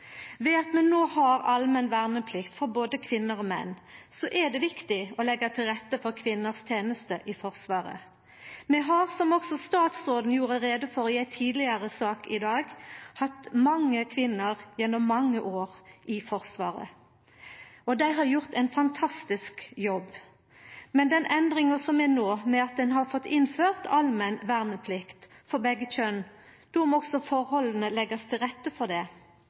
Ved at vi no har allmenn verneplikt for både kvinner og menn, er det viktig å leggja til rette for kvinners teneste i Forsvaret. Vi har, som også statsråden gjorde greie for i ei tidlegare sak i dag, hatt mange kvinner gjennom mange år i Forsvaret, og dei har gjort ein fantastisk jobb. Med den endringa vi no har fått innført, med allmenn verneplikt for begge kjønn, må også forholda leggjast til rette for det.